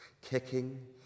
Kicking